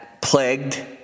plagued